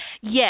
yes